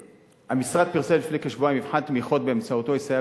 המשרד פרסם לפני כשבועיים מבחן תמיכות שבאמצעותו יסייע